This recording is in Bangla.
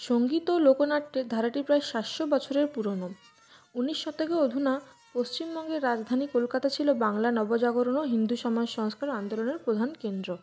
সঙ্গীত ও লোকনাট্যের ধারাটি প্রায় সাতশো বছরের পুরোনো উনিশ শতকের অধুনা পশ্চিমবঙ্গের রাজধানী কলকাতা ছিল বাংলা নবজাগরণ ও হিন্দু সমাজ সংস্কার আন্দোলনের প্রধান কেন্দ্র